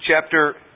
chapter